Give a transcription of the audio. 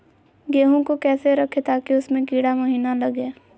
गेंहू को कैसे रखे ताकि उसमे कीड़ा महिना लगे?